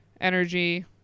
energy